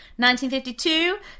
1952